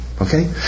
Okay